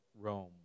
Rome